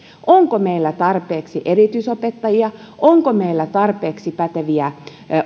onko meillä tarpeeksi erityisopettajia onko meillä tarpeeksi päteviä